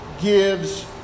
gives